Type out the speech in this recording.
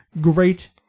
Great